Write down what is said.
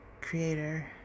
Creator